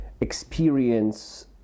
experience